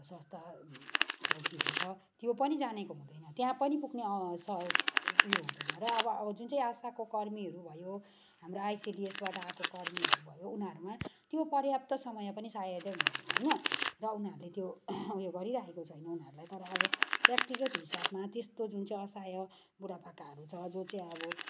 स्वास्थ्य चौकीहरू छ त्यो पनि जानेको हुँदैन त्यहाँ पनि पुग्ने स उयो हुँदैन र अब जुन चाहिँ आशाको कर्मीहरू भयो हाम्रो आइसिडिएसबाट आएको कर्मीहरू भयो उनीहरूमा त्यो पर्याप्त समय पनि सायदै हुँदैन होइन र उनीहरूले त्यो उयो गरिरहेको छैन उनीहरूलाई तर अब व्यक्तिगत हिसाबमा त्यस्तो जुन चाहिँ असहाय बुढापाकाहरू छ जो चाहिँ अब